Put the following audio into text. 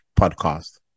podcast